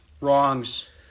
Wrongs